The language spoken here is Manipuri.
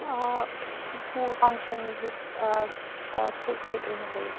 ꯑꯥ ꯎꯄꯨꯒ ꯀꯥꯡꯊꯣꯜꯒꯁꯨ ꯁꯦꯠ ꯁꯦꯠ ꯑꯣꯏꯅ ꯂꯩꯌꯦ